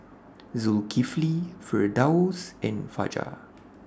Zulkifli Firdaus and Fajar